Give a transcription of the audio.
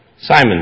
Simon